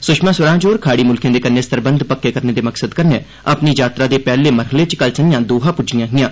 सुषमा स्वराज होर खाड़ी मुल्खें दे कन्नै सरबंध पक्के करने दे मकसद कन्नै अपनी यात्रा दे पैहले मरहले च कल संझा दोहा पुज्जिआं हिआं